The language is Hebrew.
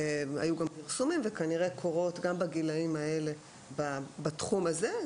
היו גם פרסומים וכנראה קורות גם בגילאים האלה בתחום הזה.